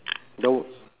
no